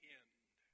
end